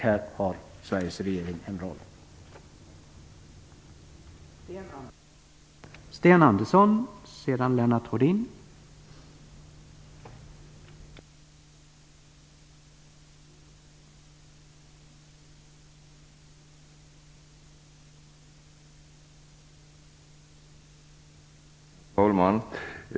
Här har Sveriges regering en roll att spela.